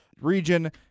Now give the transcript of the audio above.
region